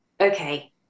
okay